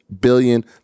billion